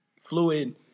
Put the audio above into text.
Fluid